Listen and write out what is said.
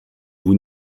vous